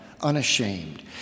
unashamed